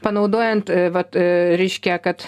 panaudojant vat reiškia kad